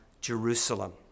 Jerusalem